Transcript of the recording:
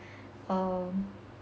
um